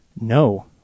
no